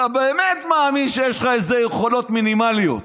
אתה באמת מאמין שיש לך איזה יכולות מינימליות.